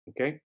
Okay